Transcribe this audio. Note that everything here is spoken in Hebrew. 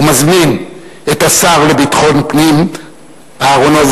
ומזמין את השר לביטחון פנים יצחק